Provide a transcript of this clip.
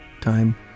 Time